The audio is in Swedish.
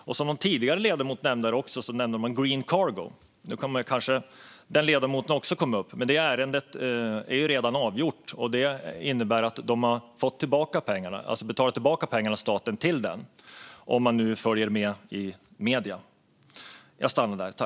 En tidigare ledamot här nämnde Green Cargo. Det ärendet är redan avgjort, och det innebär att staten inte betalar ut pengarna, om man nu följer med i medierna.